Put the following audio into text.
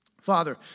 Father